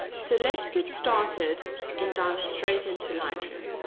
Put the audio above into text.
so, let's get started and dive straight into lightroom.